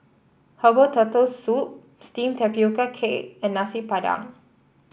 Herbal Turtle Soup steamed Tapioca Cake and Nasi Padang